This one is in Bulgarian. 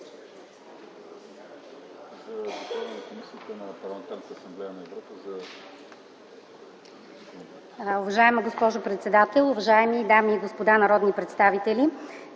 Уважаема госпожо председател, уважаеми дами и господа народни представители!